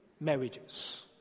marriages